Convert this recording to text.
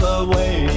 away